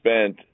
spent